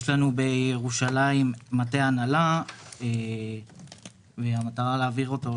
יש לנו בירושלים מטה הנהלה והמטרה להעביר אותו,